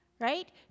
right